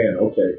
okay